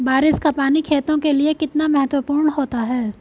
बारिश का पानी खेतों के लिये कितना महत्वपूर्ण होता है?